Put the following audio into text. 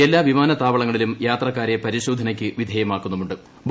എല്ലാ വിമാന്ത്താവളങ്ങളിലും യാത്രക്കാരെ പരിശോധനയ്ക്ക് വിധേയമാക്കുന്നു ്